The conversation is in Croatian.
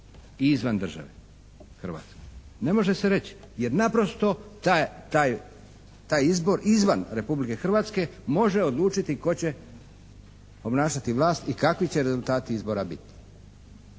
i izvan države Hrvatske. Ne može se reći jer naprosto taj izbor izvan Republike Hrvatske može odlučiti tko će obnašati vlast i kakvi će rezultati izbora biti.